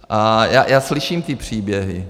A já slyším ty příběhy.